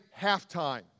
halftime